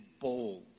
bold